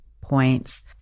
points